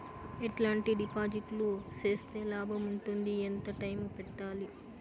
ఎట్లాంటి డిపాజిట్లు సేస్తే లాభం ఉంటుంది? ఎంత టైము పెట్టాలి?